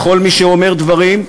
בכל מי שאומר דברים,